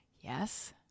Yes